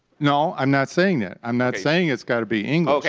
no. i'm not saying that. i'm not saying it's got to be english.